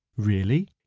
really?